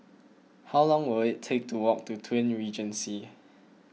how long will it take to walk to Twin Regency